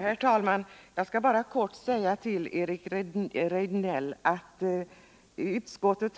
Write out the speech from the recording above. Herr talman! Jag skall bara helt kortfattat säga till Eric Rejdnell att utskottet